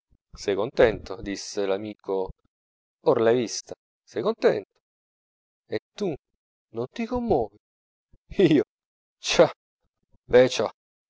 sei contento mi disse lamico or l'hai vista sei contento e tu non ti commovi io